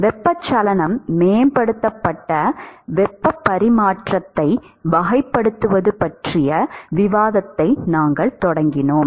வெப்பச்சலனம் மேம்படுத்தப்பட்ட வெப்பப் பரிமாற்றத்தை வகைப்படுத்துவது பற்றிய விவாதத்தை நாங்கள் தொடங்கினோம்